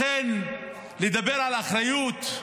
לכן, לדבר על אחריות,